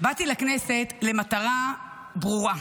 באתי לכנסת למטרה ברורה,